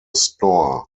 store